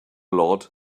lot